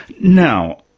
now,